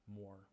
more